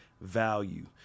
value